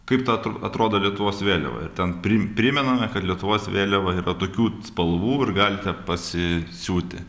kaip ta atr atrodo lietuvos vėliava ir ten prim primename kad lietuvos vėliava yra tokių spalvų ir galite pasi siūti